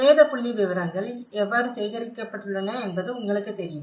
சேத புள்ளிவிவரங்கள் எவ்வாறு சேகரிக்கப்பட்டுள்ளன என்பது உங்களுக்குத் தெரியும்